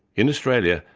in australia,